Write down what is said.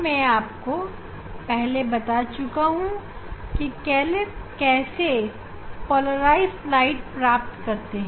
मैं आपको पहले बता चुका हूं कि कैसे पोलराइज्ड प्रकाश प्राप्त करते हैं